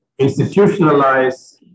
institutionalize